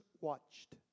watched